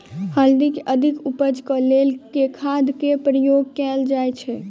हल्दी केँ अधिक उपज केँ लेल केँ खाद केँ प्रयोग कैल जाय?